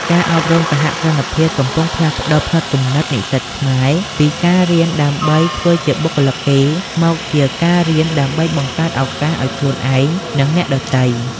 ការអប់រំសហគ្រិនភាពកំពុងផ្លាស់ប្តូរផ្នត់គំនិតនិស្សិតខ្មែរពី "ការរៀនដើម្បីធ្វើជាបុគ្គលិកគេ" មកជា "ការរៀនដើម្បីបង្កើតឱកាសឱ្យខ្លួនឯង និងអ្នកដទៃ"។